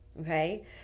Okay